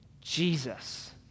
Jesus